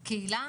קהילה?